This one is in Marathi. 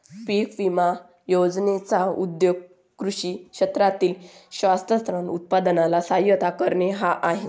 पीक विमा योजनेचा उद्देश कृषी क्षेत्रातील शाश्वत उत्पादनाला सहाय्य करणे हा आहे